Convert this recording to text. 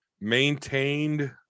maintained